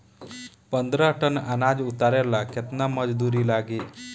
पन्द्रह टन अनाज उतारे ला केतना मजदूर लागी?